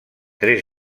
tres